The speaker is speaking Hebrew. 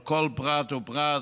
על כל פרט ופרט.